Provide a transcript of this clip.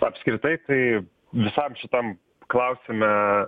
apskritai tai visam šitam klausime